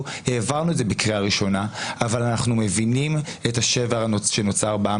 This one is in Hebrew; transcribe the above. העברנו את זה בקריאה ראשונה אבל אנחנו מבינים את השבר שנוצר בעם,